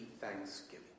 thanksgiving